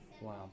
Wow